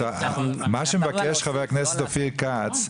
מה שמבקש חה"כ אופיר כץ,